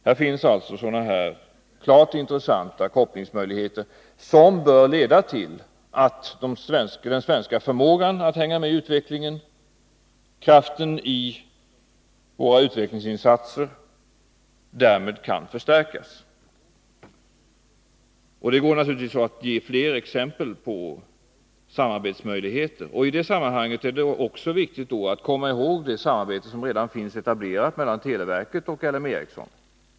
Här finns alltså sådana klart intressanta samordningsmöjligheter som bör leda till att den svenska förmågan att hänga med i utvecklingen kan förstärkas. Det går naturligtvis att ge fler exempel på samarbetsmöjligheter. I det sammanhanget är det också viktigt att komma ihåg det samarbete som redan är etablerat mellan televerket och L M Ericsson.